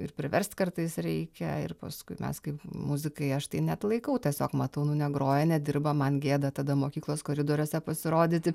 ir priverst kartais reikia ir paskui mes kaip muzikai aš neatlaikau tiesiog matau nu negroja nedirba man gėda tada mokyklos koridoriuose pasirodyti